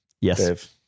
Yes